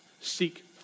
seek